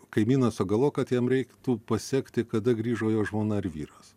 kaimynas sugalvojo kad jam reiktų pasekti kada grįžo jo žmona ar vyras